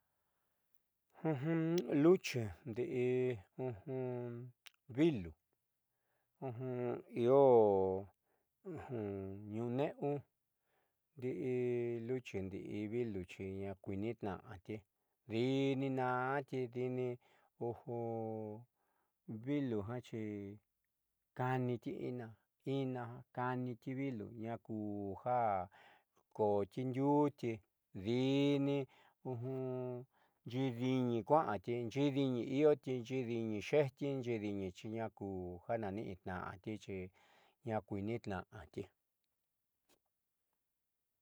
Luchi ndi'i vilu io ñuuneeu ndi'i luchi ndi'i vilu xi a kuiinitna'ati diini ma'anti oli'ini vilu jiaaxi ka'aniti ina kaaniti vilu akuja kooti ndiuti diini xiidi'iñi kua'ati xiidi'ininoti xiidi'iñi xeejti xiidi'iñi xiakuja ja naaniitnaa'ti xi akuiinitnaáti.